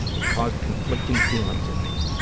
it caused conflicting feelings in me.